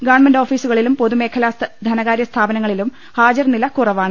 government ഓഫീസുകളിലും പൊതുമേഖലാ ധനകാര്യ സ്ഥാപനങ്ങളിലും ഹാജർനില കുറവാണ്